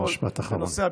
משפט אחרון.